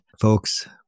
Folks